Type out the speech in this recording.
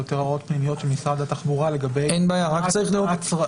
זה יותר הוראות פנימיות של משרד התחבורה לגבי מה הצרכים,